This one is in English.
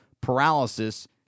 Paralysis